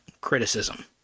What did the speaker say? criticism